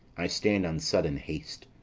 i stand on sudden haste.